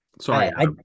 Sorry